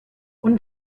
und